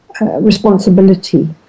responsibility